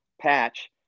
patch